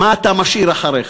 מה אתה משאיר אחריך?